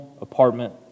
apartment